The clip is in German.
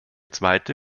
zweite